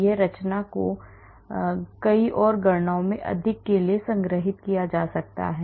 इस रचना को कई और गणनाओं में अधिक के लिए संग्रहीत किया जा सकता है